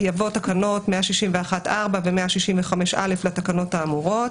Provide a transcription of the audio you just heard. יבוא "תקנות 161(4) ו-165(4) לתקנות האמורות".